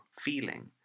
feeling